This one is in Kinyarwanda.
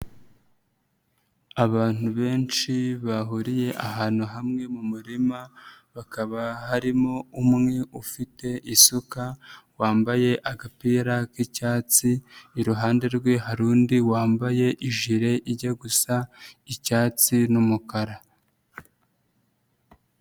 Abantu benshi bahuriye ahantu hamwe mu murima, bakaba harimo umwe ufite isuka, wambaye agapira k'icyatsi, iruhande rwe hari undi wambaye ijile ijya gusa icyatsi n'umukara.